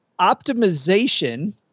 optimization